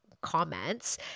comments